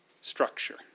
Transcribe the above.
structure